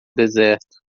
deserto